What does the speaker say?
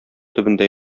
төбендә